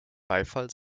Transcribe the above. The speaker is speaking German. beifall